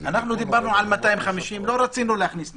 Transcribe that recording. אנחנו דיברנו על 250 לא רצינו להכניס 250,